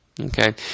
Okay